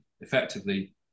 effectively